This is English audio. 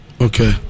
Okay